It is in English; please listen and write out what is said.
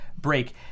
break